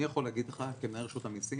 אני יכול להגיד לך כמנהל רשות המסים,